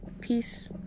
Peace